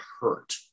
hurt